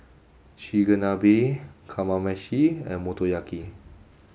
Chigenabe Kamameshi and Motoyaki